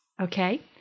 Okay